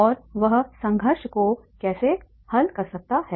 और वह संघर्ष को कैसे हल कर सकता है